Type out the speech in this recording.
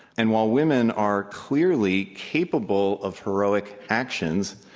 and while women are clearly capable of heroic actions